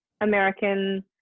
american